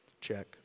check